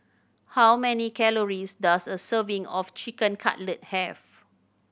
how many calories does a serving of Chicken Cutlet have